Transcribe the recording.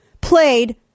played